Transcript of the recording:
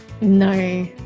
No